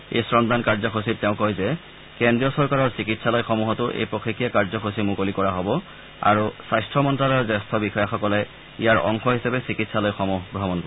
এই শ্ৰমদান কাৰ্যসূচীত তেওঁ কয় যে কেন্দ্ৰীয় চৰকাৰৰ চিকিৎসালয় সমূহতো এই পষেকীয়া কাৰ্যসূচী মুকলি কৰা হ'ব আৰু স্বাস্থ্য মন্ত্যালয়ৰ জ্যেষ্ঠ বিষয়াসকলে ইয়াৰ অংশ হিচাপে চিকিৎসালয়সমূহ ভ্ৰমণ কৰিব